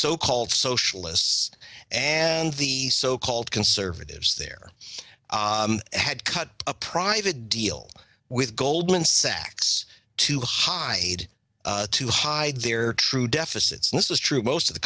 so called socialists and the so called conservatives there had cut a private deal with goldman sachs to hide to hide their true deficit's this is true most of the